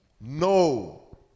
No